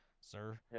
sir